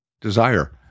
desire